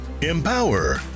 empower